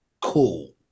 cool